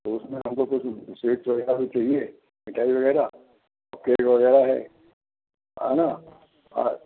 तो उसमें हम को कुछ विशेष तरह का कुछ चाहिए मिठाई वग़ैरह और केक वग़ैरह है है ना आज